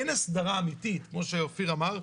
אין להם כסף לגור עכשיו בשכירות.